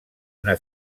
una